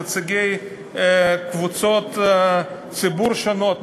נציגי קבוצות ציבור שונות,